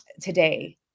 today